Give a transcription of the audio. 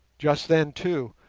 just then, too,